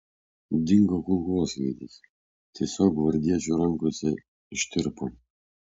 dingo kulkosvaidis tiesiog gvardiečių rankose ištirpo